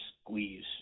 squeeze